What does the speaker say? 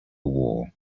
war